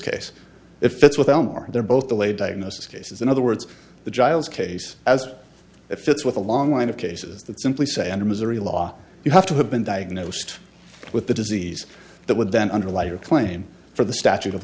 case it fits with elmore they're both delayed diagnosis cases in other words the giles case as it fits with a long line of cases that simply say under missouri law you have to have been diagnosed with the disease that would then underlie your claim for the statute of